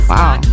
Wow